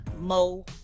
Mo